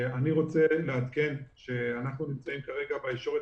אני רוצה לעדכן שאנחנו נמצאים כרגע בישורת